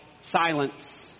silence